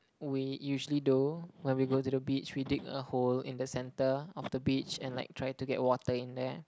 we usually do when we go to the beach we dig a hole in the center of the beach and like try to get water in there